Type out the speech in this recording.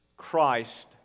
Christ